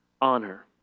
honor